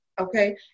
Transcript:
okay